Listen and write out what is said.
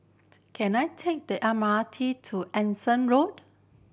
can I take the M R T to Anderson Road